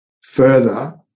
further